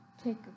Take